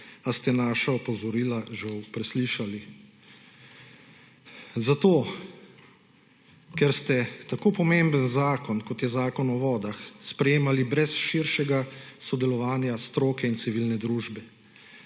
a ste naša opozorila žal preslišali. Zato, ker ste tako pomemben zakon, kot je Zakon o vodah, sprejemali brez širšega sodelovanja stroke in civilne družbe,